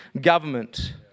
government